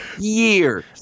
years